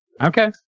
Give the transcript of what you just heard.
Okay